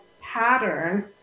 pattern